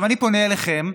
אני פונה אליכם,